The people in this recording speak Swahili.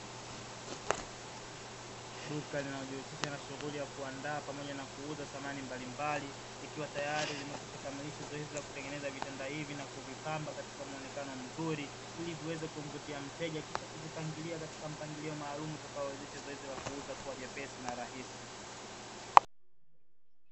Duka linalojihusisha na Shughuli ya kuandaa pamoja kuuza bidhaa za samani mbalimbali, likiwa tayari limekwisha kukamilisha zoezi la kutengeneza vitanda hivi na kuvipamba, kuwa katika muonekano mzuri, ili viweze kumvutia mteja, kisha kuvipangilia katika mpangilio maalumu, utakaowezesha zoezi la kuuza kuwa jepesi na rahisi.